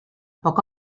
poc